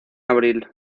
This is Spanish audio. abril